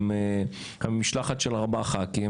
עם משלחת של ארבעה ח"כים,